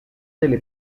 delle